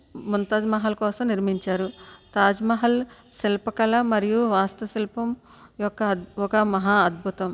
ముంతాజ్ మహల్ కోసం నిర్మించారు తాజ్మహల్ శిల్ప కళా మరియు వాస్తు శిల్పం యొక్క ఒక మహా అద్భుతం